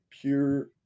pure